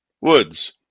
woods